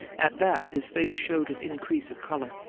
at that his face showed an increase of colour.